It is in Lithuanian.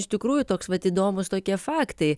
iš tikrųjų toks vat įdomūs tokie faktai